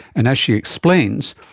and, as she explains,